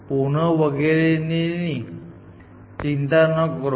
pruning વગેરેની ચિંતા ન કરો